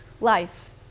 life